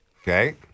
Okay